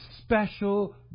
special